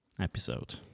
episode